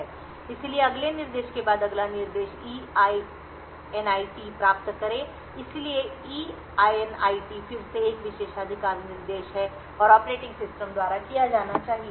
संदर्भ समय को देखें 1127 इसलिए अगले निर्देश के बाद अगला निर्देश EINIT प्राप्त करें इसलिए EINIT फिर से एक विशेषाधिकार निर्देश है और ऑपरेटिंग सिस्टम द्वारा किया जाना चाहिए